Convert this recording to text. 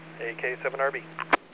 AK7RB